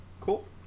cool